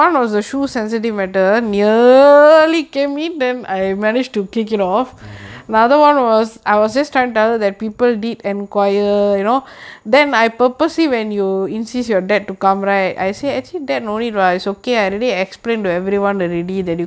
mm mm oh